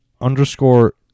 underscore